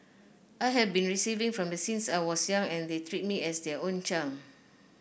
I have been receiving from them since I was young and they treat me as their own child